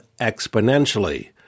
exponentially